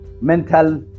mental